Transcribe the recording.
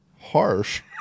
harsh